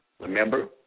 Remember